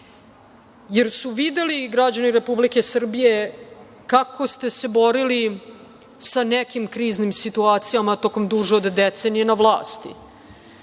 jer su videli i građani Republike Srbije kako ste se borili sa nekim kriznim situacijama tokom duže od decenije na vlasti.